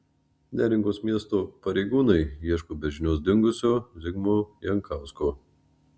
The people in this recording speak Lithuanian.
neringos miesto pareigūnai ieško be žinios dingusio zigmo jankausko